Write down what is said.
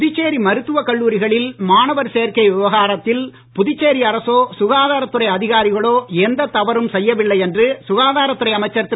புதுச்சேரி மருத்துவ கல்லூரிகளில் மாணவர் சேர்க்கை விவகாரத்தில் புதுச்சேரி அரசோ சுகாதாரத் துறை அதிகாரிகளோ எந்த தவறும் செய்யவில்லை என்று சுகாதாரத் துறை அமைச்சர் திரு